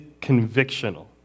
convictional